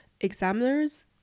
examiners